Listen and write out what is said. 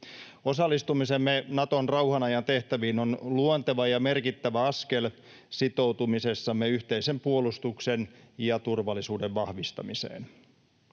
Osallistumisemme Naton rauhan ajan tehtäviin on luonteva ja merkittävä askel sitoutumisessamme yhteisen puolustuksen ja turvallisuuden vahvistamiseen.